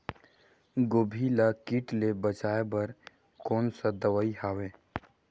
गोभी ल कीट ले बचाय बर कोन सा दवाई हवे?